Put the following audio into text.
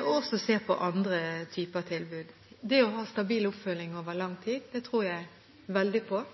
og også det å se på andre typer tilbud. Det å ha stabil oppfølging over lang tid tror jeg veldig på